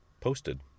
posted